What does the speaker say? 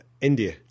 India